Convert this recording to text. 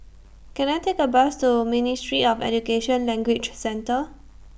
Can I Take A Bus to Ministry of Education Language Centre